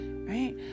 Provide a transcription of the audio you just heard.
right